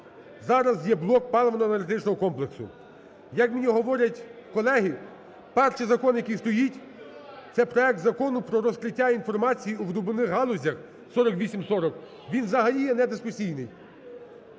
зараз є блок паливно-енергетичного комплексу. Як мені говорять колеги, перший закон, який стоїть це проект Закону про розкриття інформації у видобувних галузях (4840). Він взагалі є недискусійний.